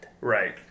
Right